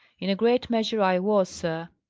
in a great measure i was, sir.